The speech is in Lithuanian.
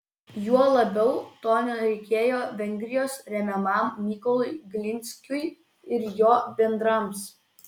juo labiau to nereikėjo vengrijos remiamam mykolui glinskiui ir jo bendrams